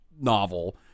novel